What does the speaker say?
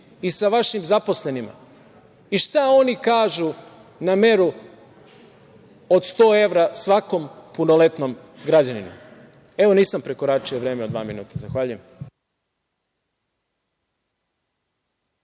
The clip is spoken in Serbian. i sa vašim zaposlenima i šta oni kažu na meru od 100 evra svakom punoletnom građaninu? Nisam prekoračio vreme od dva minuta. Zahvaljujem.